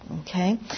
Okay